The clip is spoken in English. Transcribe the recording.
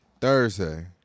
Thursday